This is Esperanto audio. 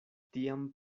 tiam